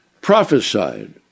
Prophesied